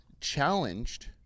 challenged